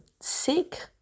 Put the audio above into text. sick